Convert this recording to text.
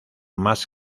más